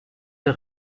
der